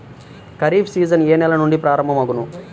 Kharif season ఏ నెల నుండి ప్రారంభం అగును?